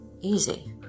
easy